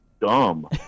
dumb